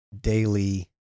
daily